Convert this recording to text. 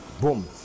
boom